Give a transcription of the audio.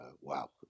wow